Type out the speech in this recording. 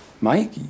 Mike